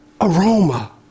aroma